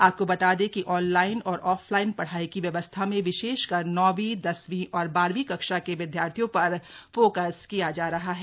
आपको बता दें कि ऑनलाइन और आफलाइन पढ़ाई की व्यवस्था में विशेषकर नौवीं दसवीं और बारहवीं कक्षा के विद्यार्थियों पर फोकस किया जा रहा है